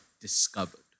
discovered